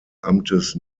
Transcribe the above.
amtes